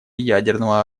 ядерного